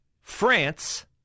France